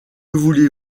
voulez